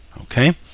Okay